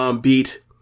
beat